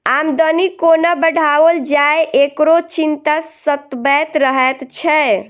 आमदनी कोना बढ़ाओल जाय, एकरो चिंता सतबैत रहैत छै